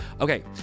Okay